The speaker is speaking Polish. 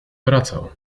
wracał